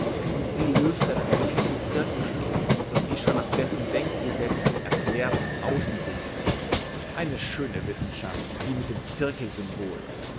und die löst er dann im kecken zirkelschluß durch die schon nach dessen denkgesetzen erklärten außendinge eine schöne wissenschaft die mit dem